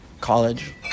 College